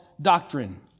doctrine